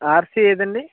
RC ఏదండీ